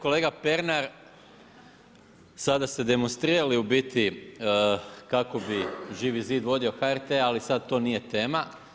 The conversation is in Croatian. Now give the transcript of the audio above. Kolega Pernar, sada ste demonstrirali u biti kako bi Živi zid vodio HRT ali sad to nije tema.